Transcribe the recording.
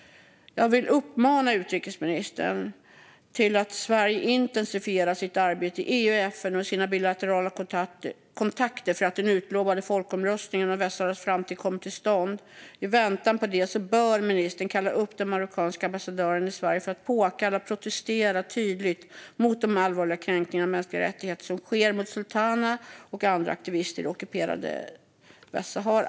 Jag vill uppmana utrikesministern att se till att Sverige intensifierar sitt arbete i EU, FN och i sina bilaterala kontakter för att den utlovade folkomröstningen om Västsaharas framtid ska komma till stånd. I väntan på det bör ministern kalla upp den marockanska ambassadören i Sverige för att protestera tydligt mot de allvarliga kränkningar av mänskliga rättigheter som sker mot Sultana och andra aktivister i det ockuperade Västsahara.